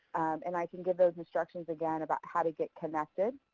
and i can give those instructions again about how to get connected,